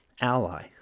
Ally